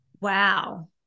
Wow